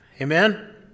Amen